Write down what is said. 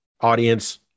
audience